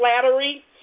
flattery